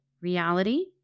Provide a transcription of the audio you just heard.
reality